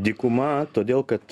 dykuma todėl kad